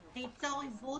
"עצמאי בעל עסק חדש"